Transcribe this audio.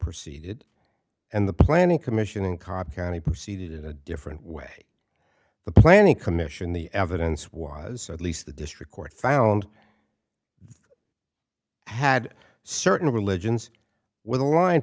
proceeded and the planning commission in cobb county proceeded in a different way the planning commission the evidence was so at least the district court found had certain religions w